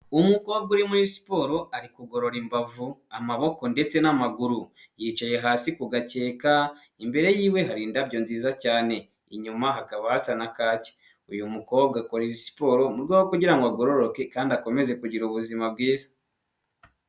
Umukobwa uri muri siporo ari kugorora imbavu amaboko ndetse n'amaguru, yicaye hasi kugakeka imbere yiwe hari indabyo nziza cyane, inyuma hakaba hasa na kake uyu mukobwa akora siporo mu rwego rwo kugira ngo agororoke kandi akomeze kugira ubuzima bwiza.